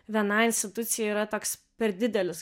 vienai institucijai yra toks per didelis